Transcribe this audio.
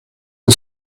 the